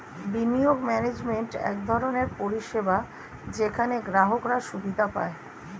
বিনিয়োগ ম্যানেজমেন্ট এক ধরনের পরিষেবা যেখানে গ্রাহকরা সুবিধা পায়